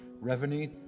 Revenue